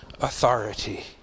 authority